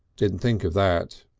didn't think of that,